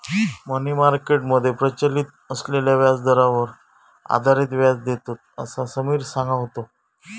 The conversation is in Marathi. मनी मार्केट मध्ये प्रचलित असलेल्या व्याजदरांवर आधारित व्याज देतत, असा समिर सांगा होतो